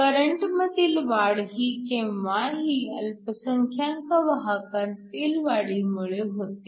करंटमधील वाढ ही केव्हाही अल्पसंख्यांक वाहकांतील वाढीमुळे होते